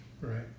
right